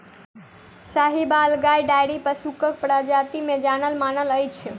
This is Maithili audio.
साहिबाल गाय डेयरी पशुक प्रजाति मे जानल मानल अछि